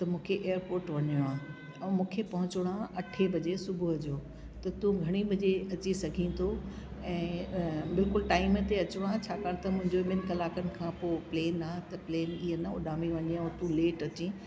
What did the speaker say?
त मूंखे एयरपोट वञिणो आहे ऐं मूंखे पहुचणो आहे अठ वजे सुबुहु जो त तू घणी वजे अची सघे थो ऐं बिल्कुलु टाइम ते अचिणो आहे छाकाणि त मुंजो ॿिनि कलाकनि खां पो प्लेन आहे त प्लेन ईअं न उॾामी वञे और तूं लेट अचे